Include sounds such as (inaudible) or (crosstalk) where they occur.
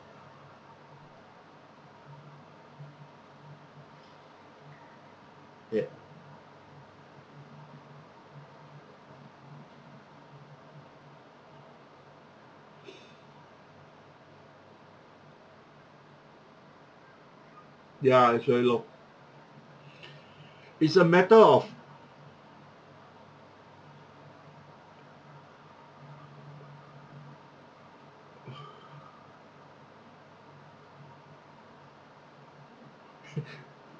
ya ya is very low is a matter of (laughs)